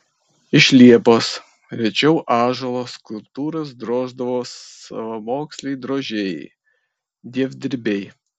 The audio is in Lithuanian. iš liepos rečiau ąžuolo skulptūras droždavo savamoksliai drožėjai dievdirbiai